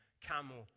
camel